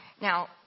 Now